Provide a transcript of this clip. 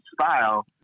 style